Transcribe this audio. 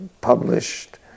published